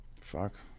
fuck